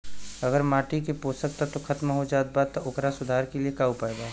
अगर माटी के पोषक तत्व खत्म हो जात बा त ओकरे सुधार के लिए का उपाय बा?